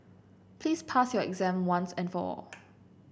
please pass your exam once and for all